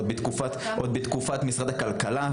עוד בתקופת משרד הכלכלה,